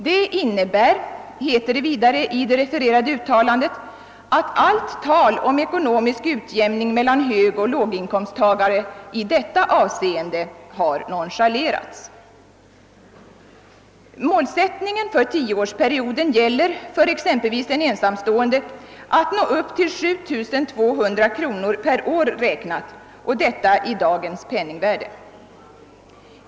Det innebär, heter det vidare i det refererade uttalandet, att allt tal om ekonomisk utjämning mellan högoch låginkomsttagare i detta avseende har nonchalerats. Målsättningen för tioårsperioden är att exempelvis en ensamstående skall nå upp till 7 200 kronor per år i dagens penningvärde.